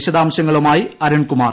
വിശദാംശങ്ങളുമായി അരുൺകുമാർ